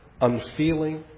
unfeeling